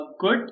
good